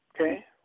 Okay